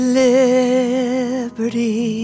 liberty